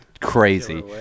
crazy